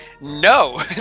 no